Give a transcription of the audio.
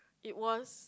it was